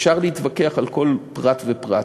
אפשר להתווכח על כל פרט ופרט.